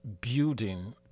building